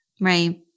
Right